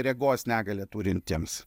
regos negalią turintiems